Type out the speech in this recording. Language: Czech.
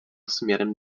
směrem